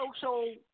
social